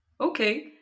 okay